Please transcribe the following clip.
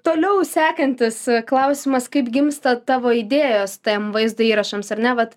toliau sekantis klausimas kaip gimsta tavo idėjos tem vaizdo įrašams ar ne vat